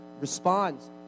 responds